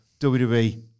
WWE